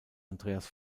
andreas